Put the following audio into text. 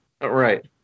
Right